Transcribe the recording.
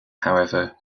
however